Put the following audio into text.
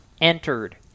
entered